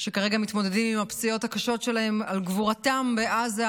שכרגע מתמודדים עם הפציעות הקשות שלהם על גבורתם בעזה,